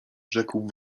rzekł